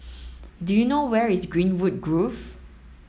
do you know where is Greenwood Grove